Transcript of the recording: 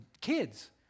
Kids